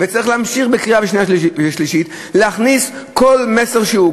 וצריך להמשיך ובנוסח הקריאה השנייה והשלישית להכניס כל מסר שהוא,